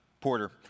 Porter